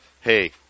hey